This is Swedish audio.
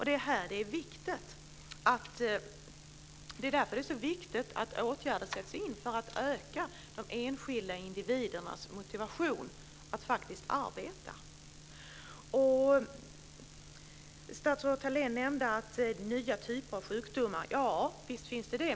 Det är därför det är så viktigt att åtgärder sätts in för att öka de enskilda individernas motivation att faktiskt arbeta. Statsrådet Thalén nämnde nya typer av sjukdomar. Visst finns det sådana.